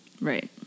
Right